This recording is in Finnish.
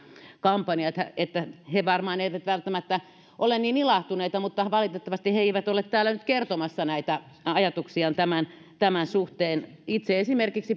kampanja niin että he varmaan eivät välttämättä ole niin ilahtuneita mutta valitettavasti he he eivät ole täällä nyt kertomassa ajatuksiaan tämän tämän suhteen esimerkiksi itse